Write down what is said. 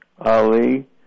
Ali